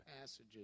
passages